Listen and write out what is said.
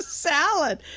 salad